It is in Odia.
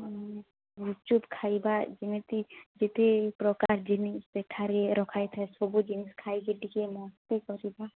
ଗୁପଚୁପ୍ ଖାଇବା ଯେମିତି ଯେତିକି ପ୍ରକାର ଜିନିଷ ସେଠାରେ ରଖା ଯାଇଥାଏ ସବୁ ଜିନିଷ ଖାଇକି ଟିକେ ମସ୍ତି କରିବା